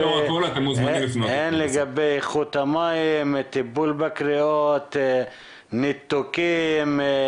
הן לגבי איכות המים, טיפול בקריאות, ניתוקים,